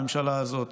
הממשלה הזאת,